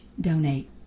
donate